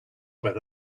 where